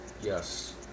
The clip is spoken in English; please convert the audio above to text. yes